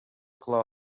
кыла